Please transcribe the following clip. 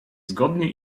zgodnie